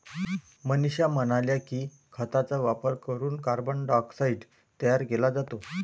मनीषा म्हणाल्या की, खतांचा वापर करून कार्बन डायऑक्साईड तयार केला जातो